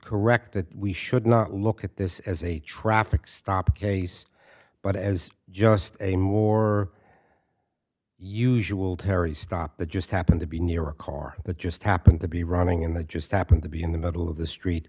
correct that we should not look at this as a traffic stop case but as just a more usual terry stop the just happened to be near a car that just happened to be running in the just happened to be in the middle of the street